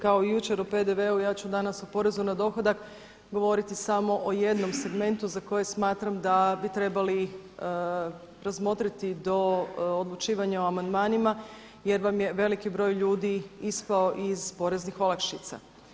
Kao i jučer o PDV-u ja ću danas o porezu na dohodak govoriti samo o jednom segmentu za koje smatram da bi trebali razmotriti do odlučivanja o amandmanima, jer vam je veliki broj ljudi ispao iz poreznih olakšica.